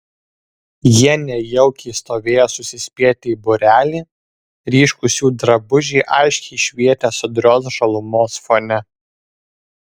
jie nejaukiai stovėjo susispietę į būrelį ryškūs jų drabužiai aiškiai švietė sodrios žalumos fone